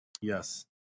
Yes